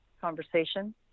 conversation